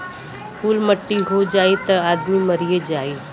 कुल मट्टी हो जाई त आदमी मरिए जाई